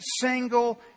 single